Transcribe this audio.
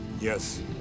Yes